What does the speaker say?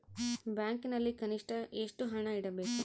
ಬ್ಯಾಂಕಿನಲ್ಲಿ ಕನಿಷ್ಟ ಎಷ್ಟು ಹಣ ಇಡಬೇಕು?